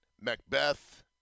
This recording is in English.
Macbeth